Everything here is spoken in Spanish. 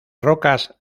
rocas